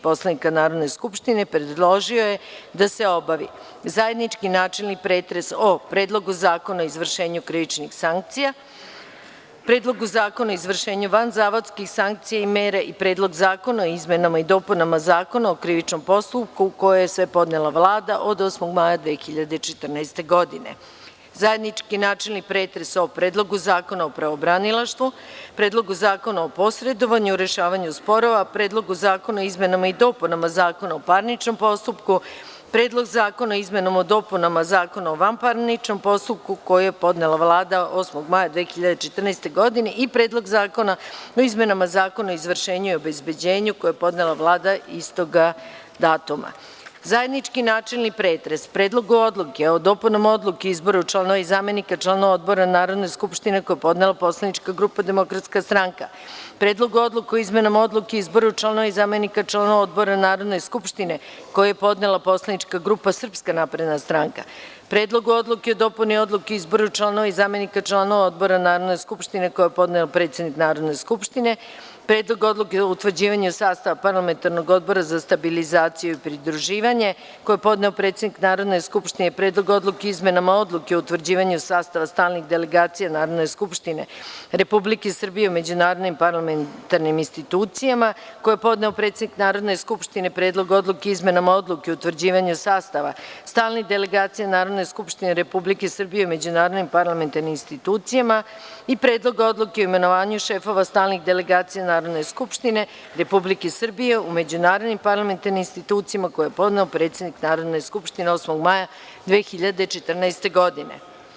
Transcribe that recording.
Poslovnika Narodne skupštine, predložio je da se obavi zajednički načelni pretres o: Predlogu zakona o izvršenju krivičnih sankcija, Predlogu zakona o izvršenju vanzavodskih sankcija i mera i Predlogu zakona o izmenama i dopunama Zakona o krivičnom postupku, koje je podnela Vlada 8. maja 2014. godine; Zajednički načelni pretres o: Predlogu zakona o pravobranilaštvu, Predlogu zakona o posredovanju u rešavanju sporova, Predlogu zakona o izmenama i dopunama Zakona o parničnom postupku, Predlogu zakona o izmenama i dopunama Zakona o vanparničnom postupku i Predlogu zakona o izmenama Zakona o izvršenju i obezbeđenju, koje je podnela Vlada 8. maja 2014. godine; Zajednički jedinstveni pretres o: Predlogu odluke o dopunama Odluke o izboru članova i zamenika članova odbora Narodne skupštine, koji je podnela poslanička grupa Demokratska stranka, Predlogu odluke o izmenama Odluke o izboru članova i zamenika članova odbora Narodne skupštine, koji je podnela poslanička grupa Srpska napredna stranka, Predlogu odluke o dopuni Odluke o izboru članova i zamenika članova odbora Narodne skupštine, koji je podnela predsednik Narodne skupštine, Predlogu odluke o utvrđivanju sastava Parlamentarnog odbora za stabilizaciju i pridruživanje, koji je podnela predsednik Narodne skupštine, Predlogu odluke o izmenama Odluke o utvrđivanju sastava stalnih delegacija Narodne skupštine Republike Srbije u međunarodnim parlamentarnim institucijama, koji je podnela predsednik Narodne skupštine, Predlogu odluke o izmenama Odluke o utvrđivanju sastava stalnih delegacija Narodne skupštine Republike Srbije u međunarodnim parlamentarnim institucijama, koji je podnela predsednik Narodne skupštine i Predlogu odluke o imenovanju šefova stalnih delegacija Narodne skupštine Republike Srbije u međunarodnim parlamentarnim institucijama, koji je podnela predsednik Narodne skupštine 8. maja 2014. godine.